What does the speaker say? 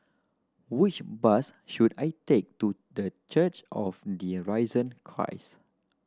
which bus should I take to The Church of the Risen Christ